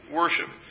worship